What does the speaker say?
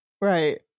Right